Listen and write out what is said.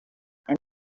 and